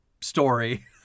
story